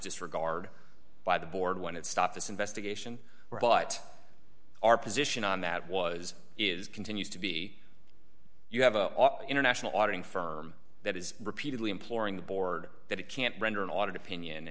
disregard by the board when it stopped this investigation but our position on that was is continues to be you have an international auditing firm that is repeatedly imploring the board that it can't render an audit opinion